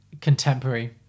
contemporary